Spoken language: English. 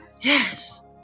yes